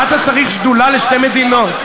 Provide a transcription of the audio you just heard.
מה אתה צריך שדולה לשתי מדינות?